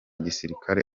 gisirikare